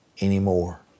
anymore